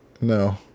No